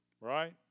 right